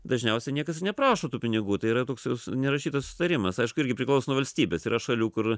dažniausiai niekas ir neprašo tų pinigų tai yra toks nerašytas susitarimas aišku irgi priklauso nuo valstybės yra šalių kur